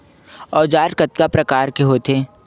औजार कतना प्रकार के होथे?